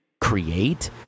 create